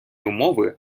умови